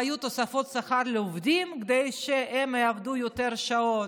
והיו תוספות שכר לעובדים כדי שהם יעבדו יותר שעות.